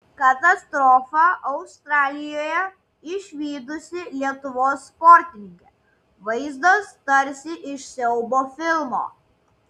katastrofą australijoje išvydusi lietuvos sportininkė vaizdas tarsi iš siaubo filmo